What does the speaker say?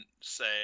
say